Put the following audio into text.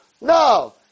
No